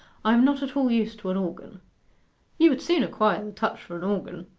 i am not at all used to an organ you would soon acquire the touch for an organ,